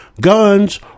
Guns